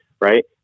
right